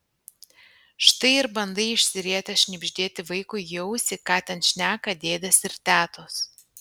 štai ir bandai išsirietęs šnibždėti vaikui į ausį ką ten šneka dėdės ir tetos